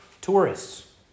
tourists